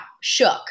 shook